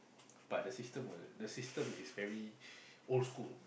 but the system will the system is very old school